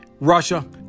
Russia